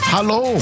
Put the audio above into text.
Hello